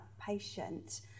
patient